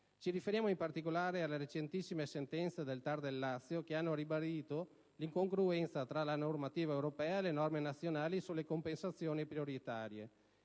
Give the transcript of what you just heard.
Ci riferiamo in particolare alle recentissime sentenze del TAR del Lazio, che hanno ribadito l'incongruenza tra la normativa europea e le norme nazionali sulle compensazioni prioritarie